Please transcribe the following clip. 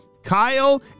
Kyle